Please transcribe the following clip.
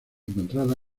encontrada